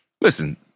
Listen